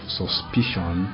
suspicion